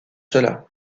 cela